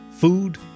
Food